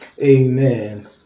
Amen